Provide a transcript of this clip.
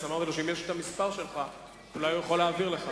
אמרתי לו שאם יש לו המספר שלך הוא יכול להעביר לך